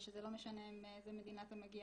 ושזה לא משנה מאיזה מדינה אתה מגיע